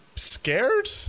Scared